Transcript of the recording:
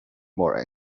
more